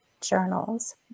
journals